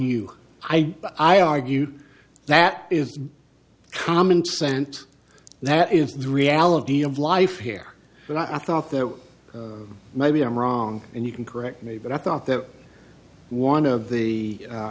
you i i argue that is common sense that is the reality of life here but i thought that maybe i'm wrong and you can correct me but i thought that one of the